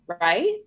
right